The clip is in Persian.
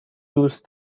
دوست